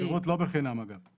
השירות לא בחינם, אגב.